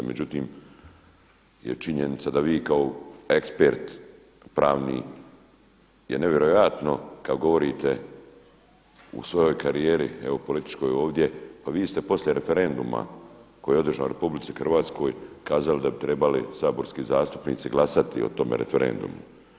Međutim, je činjenica da vi kao ekspert pravni je nevjerojatno kad govorite u svojoj karijeri evo političkoj ovdje, pa vi ste poslije referenduma koji je održan u Republici Hrvatskoj kazali da bi trebali saborski zastupnici glasati o tome referendumu.